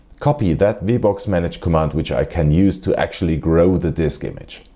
copy that vboxmanage command which i can use to actually grow the disk image.